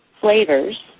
flavors